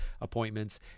appointments